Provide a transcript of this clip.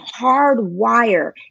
hardwire